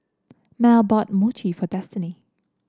Mell bought Mochi for Destiny